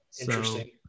Interesting